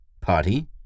Party